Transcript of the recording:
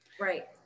Right